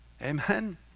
Amen